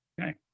Okay